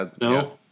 No